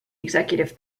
executive